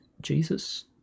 Jesus